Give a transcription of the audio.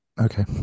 Okay